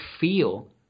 feel